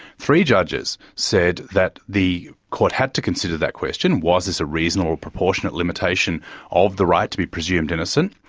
three judges said that the court had to consider that question, was this a reasonable or proportionate limitation of the right to be presumed innocent?